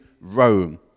Rome